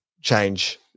change